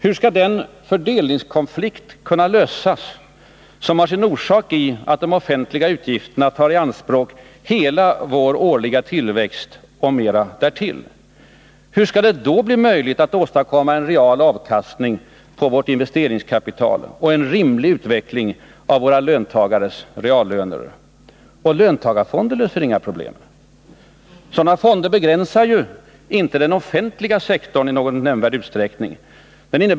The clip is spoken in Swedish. Hur skall den fördelningskonflikt kunna lösas som har sin orsak i att de offentliga utgifterna tar i anspråk hela vår årliga tillväxt och mera därtill? Hur skall det då bli möjligt att åstadkomma en real avkastning på vårt investeringskapital och en rimlig utveckling av våra löntagares reallöner? Löntagarfonder löser ju inga problem. Sådana fonder begränsar ju inte den offentliga sektorn i någon nämnvärd utsträckning.